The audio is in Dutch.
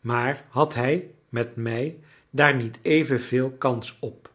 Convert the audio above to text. maar had hij met mij daar niet evenveel kans op